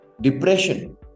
depression